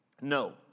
No